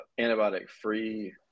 antibiotic-free